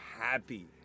happy